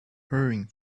hurrying